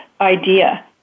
idea